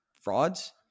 frauds